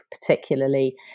particularly